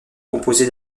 composé